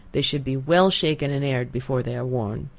they should be well shaken and aired before they are worn.